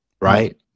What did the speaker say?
Right